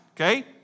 okay